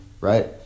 right